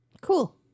Cool